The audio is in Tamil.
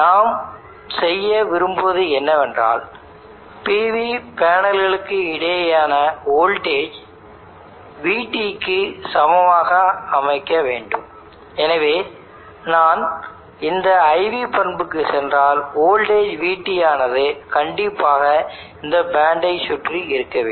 நாம் செய்ய விரும்புவது என்னவென்றால் PV பேனல்களுக்கு இடையேயான வோல்டேஜ் Vt சமமாக அமைக்க வேண்டும் எனவே நான் இந்த IV பண்புக்குச் சென்றால் வோல்டேஜ் Vt ஆனது கண்டிப்பாக இந்த பேண்ட்டை சுற்றி இருக்க வேண்டும்